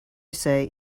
say